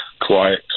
quiet